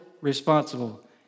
responsible